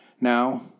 Now